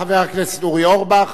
חבר הכנסת אורי אורבך,